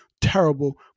terrible